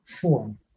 form